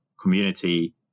community